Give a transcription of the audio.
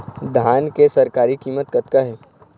धान के सरकारी कीमत कतका हे?